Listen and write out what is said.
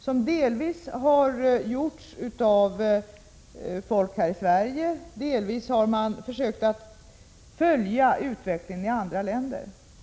Rapporterna har gällt utvecklingen här i Sverige, men man har också försökt följa den utveckling som pågår i andra länder.